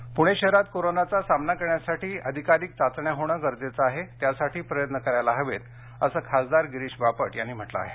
बापट प्रणे शहरात कोरोनाचा सामना करण्यासाठी जास्तीत जास्त चाचण्या होणे गरजेचे आहे त्यासाठी प्रयत्न करायला हवेत असं खासदार गिरीश बापट यांनी म्हटलं आहे